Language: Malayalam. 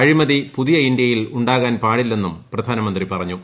അഴിമതി പുതിയ ഇന്ത്യയിൽ ഉണ്ടാകാൻ പാടില്ല എന്നും പ്രധാനമന്ത്രി പറഞ്ഞു